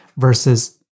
Versus